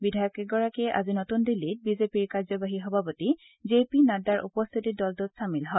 বিধায়ককেইগৰাকীয়ে আজি নতুন দিল্লীত বিজেপিৰ কাৰ্য্যবাহী সভাপতি জে পি নড্ডাৰ উপস্থিতিত দলটোত চামিল হয়